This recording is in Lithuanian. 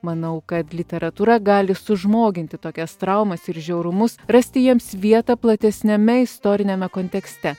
manau kad literatūra gali sužmoginti tokias traumas ir žiaurumus rasti jiems vietą platesniame istoriniame kontekste